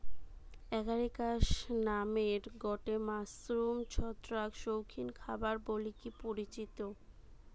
Agaricus নামের গটে mushroom ছত্রাক শৌখিন খাবার বলিকি পরিচিত